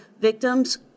victims